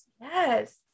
yes